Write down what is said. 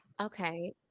Okay